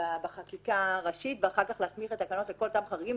בחקיקה הראשית ואחר כך להסמיך בתקנות לכל אותם חריגים,